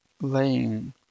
laying